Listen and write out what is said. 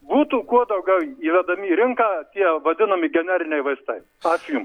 būtų kuo daugiau įvedami į rinką tie vadinami generiniai vaistai ačiū jum